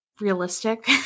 realistic